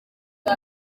iyo